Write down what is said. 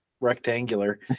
rectangular